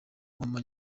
mama